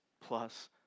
plus